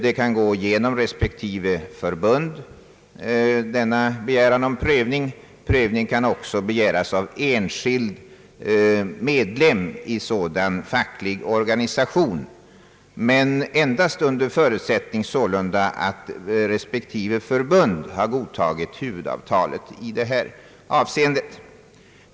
En begäran om prövning kan gå genom respektive förbund men kan också begäras av enskild medlem i sådan facklig organisation, dock endast under förutsättning att respektive förbund har godtagit huvudavtalet i det här avsnittet.